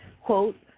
quote